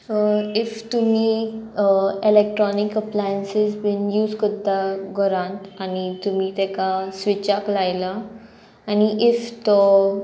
if तुमी electronic appliances been use करता घरांत आनी तुमी तेका स्विचाक लायला आनी इफ तो